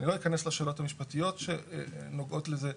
אני לא אכנס לשאלות המשפטיות שנוגעות לזה.